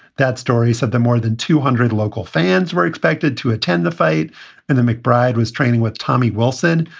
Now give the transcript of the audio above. that story said the more than two hundred local fans were expected to attend the fight and the mcbride was training with tommy wilson,